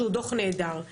שהוא דוח נהדר.